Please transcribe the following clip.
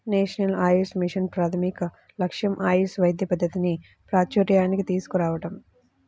national Ayush mission ప్రాథమిక లక్ష్యం ఆయుష్ వైద్య పద్ధతిని ప్రాచూర్యానికి తీసుకురావటం